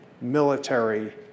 military